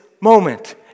moment